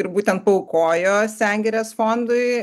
ir būtent paaukojo sengirės fondui